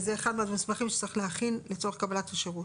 זה אחד מהמסמכים שצריך להכין לצורך קבלת השירות.